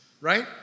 Right